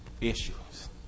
issues